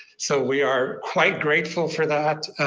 so we are quite grateful for that.